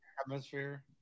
Atmosphere